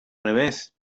revés